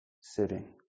sitting